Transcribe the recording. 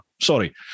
sorry